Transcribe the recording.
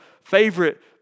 favorite